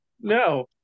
No